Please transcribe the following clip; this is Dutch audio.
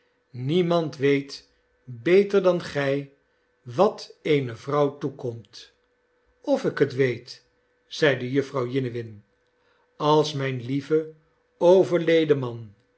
niemand weet beter dan gij wat eene vrouw toekomt of ik het weet zeide jufvrouw jiniwin als mijn lieve overleden man